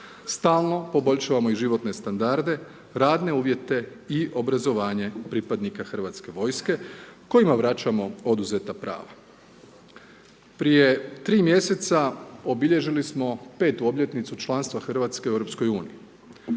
Stalno poboljšavamo i životne standarde, radne uvjete i obrazovanje pripadnika hrvatske vojske kojima vraćamo oduzeta prava. Prije 3 mj. obilježili smo 5. obljetnicu članstva Hrvatske u EU-u.